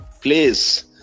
please